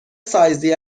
سایزی